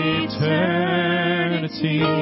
eternity